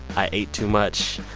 i ate too much.